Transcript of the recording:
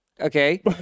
Okay